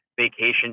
vacation